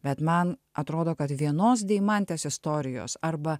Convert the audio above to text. bet man atrodo kad vienos deimantės istorijos arba